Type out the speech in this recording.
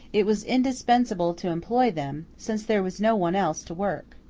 it was indispensable to employ them, since there was no one else to work.